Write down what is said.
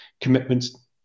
commitments